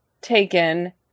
taken